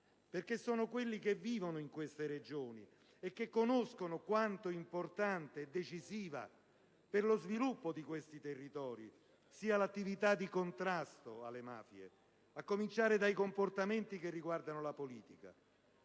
perché sono quelli che vivono in queste Regioni e che conoscono quanto importante e decisiva per lo sviluppo di questi territori sia l'attività di contrasto alle mafie, a cominciare dai comportamenti che riguardano la politica.